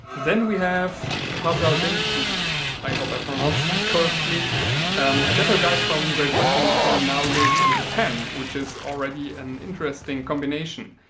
then we have kasasenchou i hope i pronounced that correctly um a dapper guy from great britain who now lives in japan which is already an interesting combination.